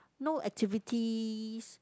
no activities